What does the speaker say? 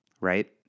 right